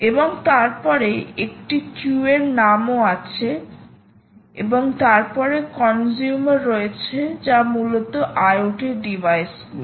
এবং তারপরে একটি কিউ এর নামও আছে এবং তারপরে কনসিউমার রয়েছে যা মূলত IoT ডিভাইস গুলি